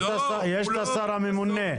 יש את השר הממונה.